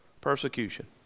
persecution